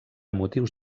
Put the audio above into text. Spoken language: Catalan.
motius